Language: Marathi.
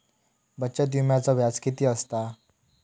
बचत विम्याचा व्याज किती असता?